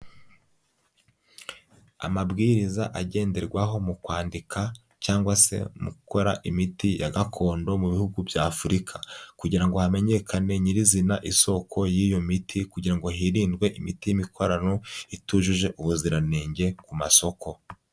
Amabwiriza agenderwaho mu kwandika cyangwa se mu gukora imiti ya gakondo mu bihugu by'Afurika kugira ngo hamenyekane nyirizina isoko y'iyo miti kugira ngo hirindwe imiti y'imikorano itujuje ubuziranenge ku masoko.